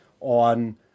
on